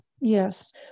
yes